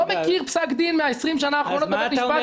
לא מכיר פסק דין מ-20 השנה האחרונות בבית משפט